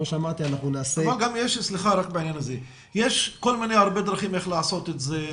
יש הרבה דרכים לעשות את זה.